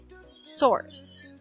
Source